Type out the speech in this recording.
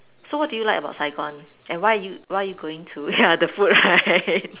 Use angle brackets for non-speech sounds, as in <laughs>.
so what do you like about Saigon and why are you why are you going to ya the food right <laughs>